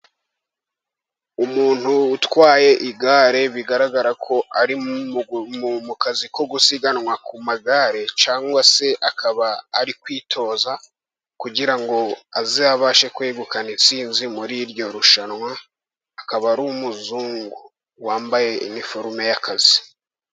Umuntu utwaye igare, bigaragara ko ari mu kazi ko gusiganwa ku magare, cyangwa se akaba ari kwitoza kugira ngo azabashe kwegukana intsinzi muri iryo rushanwa, akaba ari umuzungu wambaye iniforume y'akazi.